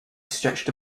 stretched